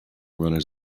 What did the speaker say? runners